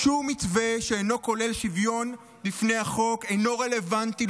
שום מתווה שאינו כולל שוויון בפני החוק אינו רלוונטי,